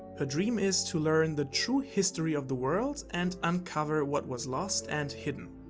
her dream is to learn the true history of the world and uncover what was lost and hidden.